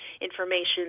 information